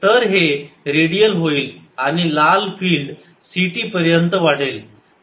तर हे रेडियल होईल आणि लाल फिल्ड ct पर्यंत वाढेल